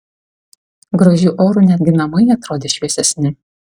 gražiu oru netgi namai atrodė šviesesni